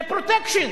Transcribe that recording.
זה "פרוטקשן",